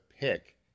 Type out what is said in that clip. pick